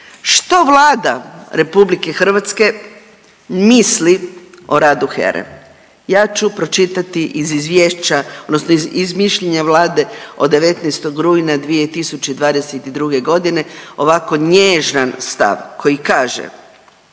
Što Vlada RH misli o radu HERE? Ja ću pročitati iz izvješća odnosno iz mišljenja vlade od 19. rujna 2022. godine ovako nježan stav koji kaže.